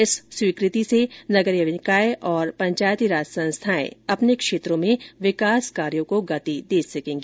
इस स्वीकृति से नगरीय निकाय और पंचायतीराज संस्थाएं अपने क्षेत्रों में विकास कार्यों को गति दे सकेंगी